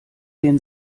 den